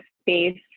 space